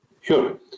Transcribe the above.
sure